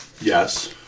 Yes